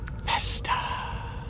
Vesta